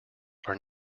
are